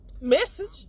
message